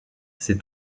ses